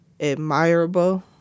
admirable